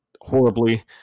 horribly